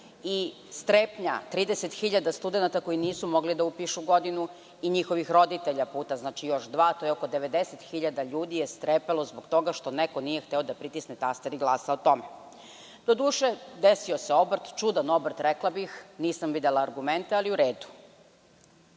Strepnja 30.000 studenata koji nisu mogli da upišu godinu, njihovih roditelja, puta dva, to je oko 90.000 ljudi je strepelo zbog toga što neko nije hteo da pritisne taster i glasa o tome. Desio se obrt, čudan obrt rekla bih, nisam videla argumente, ali u redu.